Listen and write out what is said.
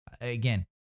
Again